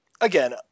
again